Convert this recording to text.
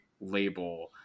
label